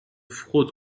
fraude